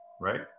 right